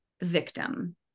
victim